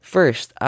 First